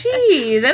Jeez